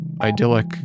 idyllic